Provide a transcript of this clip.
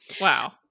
Wow